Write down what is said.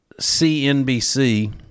CNBC